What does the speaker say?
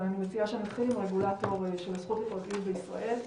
אני מציעה שנתחיל עם הרגולטור של הזכות לפרטיות בישראל,